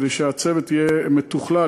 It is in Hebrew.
כדי שהצוות יהיה מתוכלל,